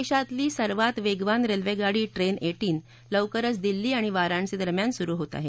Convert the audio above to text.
देशातली सर्वात वेगवान रेल्वे गाडी ट्रेन एटीन लवकरच दिल्ली आणि वाराणसी दरम्यान सुरु होत आहे